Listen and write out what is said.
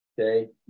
Okay